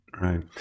right